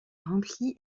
remplies